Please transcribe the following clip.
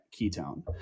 ketone